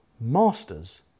masters